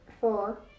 Four